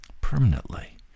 permanently